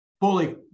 fully